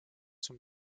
zum